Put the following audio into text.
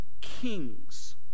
kings